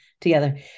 together